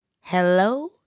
Hello